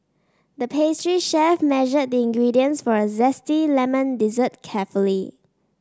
the pastry chef measured the ingredients for a zesty lemon dessert carefully